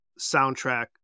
soundtrack